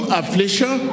affliction